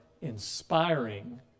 inspiring